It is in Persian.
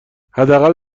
حداقل